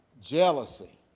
Jealousy